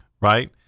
right